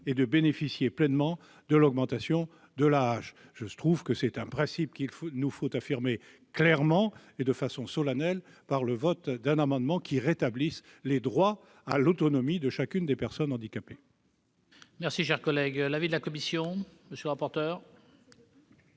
et de bénéficier pleinement de l'augmentation de l'AAH. Je trouve que c'est un principe que nous devons affirmer clairement et de façon solennelle par le vote d'un amendement qui rétablit les droits à l'autonomie de chacune des personnes handicapées. Quel est l'avis de la commission ? Cet